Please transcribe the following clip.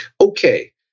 Okay